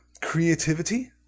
creativity